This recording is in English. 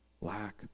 lack